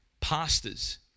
pastors